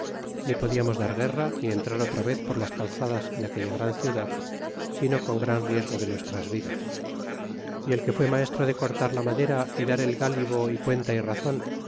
ni podíamos dar guerra ni entrar otra vez por las calzadas en aquella gran ciudad sino con g g an riesgo de nuestras vidas y el que fue maestro de corlar la madera y dar el galivo y cuenta y razon